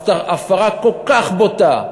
הפרה כל כך בוטה,